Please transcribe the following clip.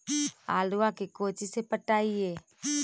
आलुआ के कोचि से पटाइए?